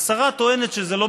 השרה טוענת שזה לא